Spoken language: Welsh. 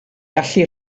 gallu